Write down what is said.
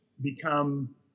become